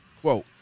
quote